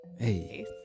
Hey